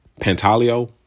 Pantaleo